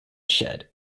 shed